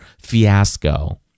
fiasco